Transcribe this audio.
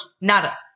Nada